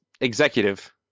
executive